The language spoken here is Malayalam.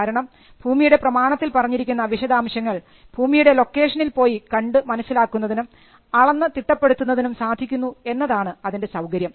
കാരണം ഭൂമിയുടെ പ്രമാണത്തിൽ പറഞ്ഞിരിക്കുന്ന വിശദാംശങ്ങൾ ഭൂമിയുടെ ലൊക്കേഷനിൽ പോയി കണ്ടു മനസ്സിലാക്കുന്നതിനും അളന്ന് തിട്ടപ്പെടുത്തുന്നതിനും സാധിക്കുന്നു എന്നതാണ് അതിൻറെ സൌകര്യം